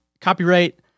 copyright